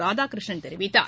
ராதாகிருஷ்ணன் தெரிவித்தார்